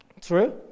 True